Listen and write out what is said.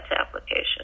application